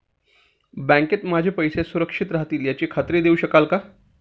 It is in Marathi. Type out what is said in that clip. बँकेत माझे पैसे सुरक्षित राहतील याची खात्री देऊ शकाल का?